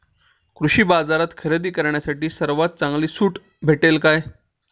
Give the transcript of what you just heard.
कृषी बाजारात खरेदी करण्यासाठी सर्वात चांगली सूट भेटेल का?